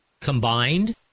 combined